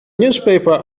newspaper